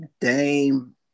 Dame